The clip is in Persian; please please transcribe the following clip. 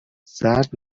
سرد